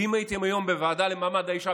ואם הייתם היום בוועדה למעמד האישה,